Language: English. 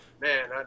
man